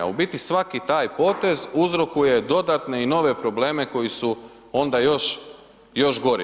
A u biti svaki taj potez uzrokuje dodatne i nove probleme koji su onda još gori.